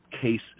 case